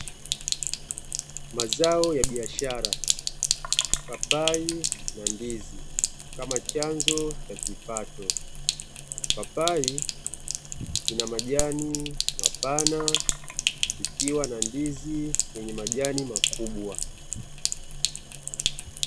Mazao ya biashara, papai na ndizi kama chanzo cha kipato. Papai lina majani mapana kukiwa na ndizi yenye majani makubwa.